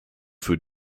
für